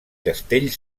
castell